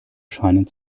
scheinen